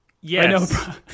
Yes